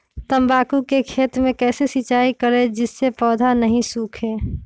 तम्बाकू के खेत मे कैसे सिंचाई करें जिस से पौधा नहीं सूखे?